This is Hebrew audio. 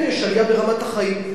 כן, יש עלייה ברמת החיים.